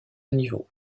niveau